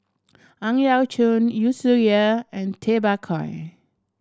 Ang Yau Choon Yu Zhuye and Tay Bak Koi